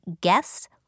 guess